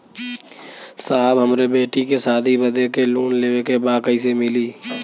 साहब हमरे बेटी के शादी बदे के लोन लेवे के बा कइसे मिलि?